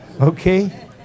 okay